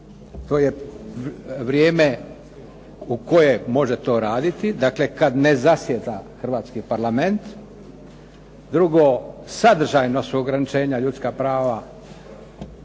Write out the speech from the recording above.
To je vrijeme u koje može to raditi, dakle kad ne zasjeda hrvatski Parlament. Drugo, sadržajno su ograničenja ljudska prava